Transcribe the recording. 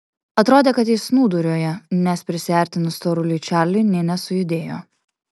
atrodė kad jis snūduriuoja nes prisiartinus storuliui čarliui nė nesujudėjo